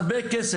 יש שם הרבה כסף.